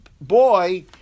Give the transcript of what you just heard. boy